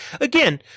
again